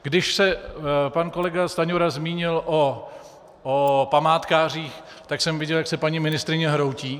Když se pan kolega Stanjura zmínil o památkářích, tak jsem viděl, jak se paní ministryně hroutí.